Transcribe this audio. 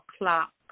o'clock